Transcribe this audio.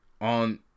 on